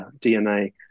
DNA